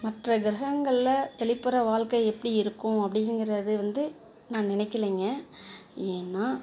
மற்ற கிரகங்ளில் வெளிப்புற வாழ்க்கை எப்படி இருக்கும் அப்படிங்கிறது வந்து நான் நினைக்கலிங்க ஏன்னால்